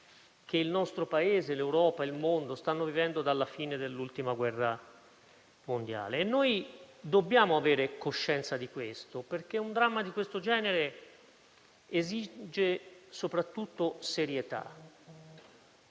che il nostro Paese, l'Europa e il mondo stanno vivendo dalla fine dell'ultima guerra mondiale. Dobbiamo averne coscienza, perché un dramma di questo genere esige soprattutto serietà: